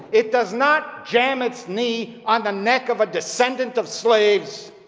it does not jam its knee on the neck of a descendant of slaves,